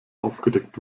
aufgedeckt